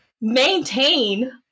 maintain